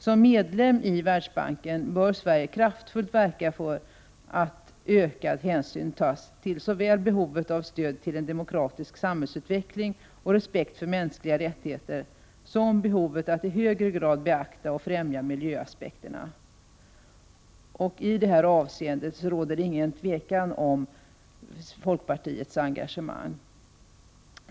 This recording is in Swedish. Som medlem i Världsbanken bör Sverige kraftfullt verka för att ökad hänsyn tas till såväl behovet av stöd till en demokratisk samhällsutveckling och respekt för mänskliga rättigheter som behovet av att i högre grad beakta och främja miljöaspekterna. I det här avseendet råder det ingen tvekan om folkpartiets engagemang.